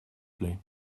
plait